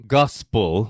gospel